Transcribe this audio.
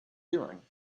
doing